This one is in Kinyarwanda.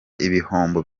ibihombo